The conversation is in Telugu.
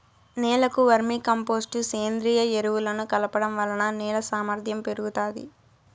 నేలకు వర్మీ కంపోస్టు, సేంద్రీయ ఎరువులను కలపడం వలన నేల సామర్ధ్యం పెరుగుతాది